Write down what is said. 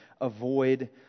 avoid